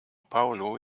paulo